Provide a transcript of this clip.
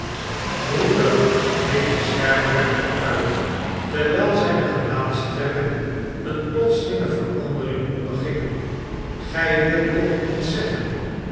broeder riep descherprechter uit terwiji zijne gelaatstrekken eene plotselinge verandering opdergingen sgij wilt toch niet zeggen